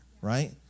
right